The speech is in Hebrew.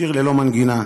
שיר ללא מנגינה,